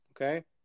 Okay